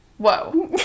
whoa